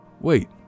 wait